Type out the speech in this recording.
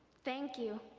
thank you.